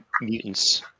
mutants